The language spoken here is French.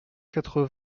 quatre